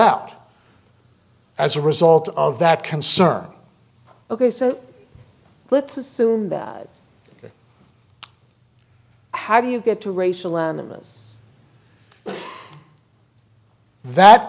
out as a result of that concern ok so let's assume that how do you get to racial animus that